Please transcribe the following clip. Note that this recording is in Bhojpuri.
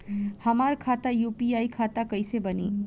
हमार खाता यू.पी.आई खाता कईसे बनी?